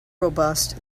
robust